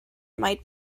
might